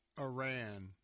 Iran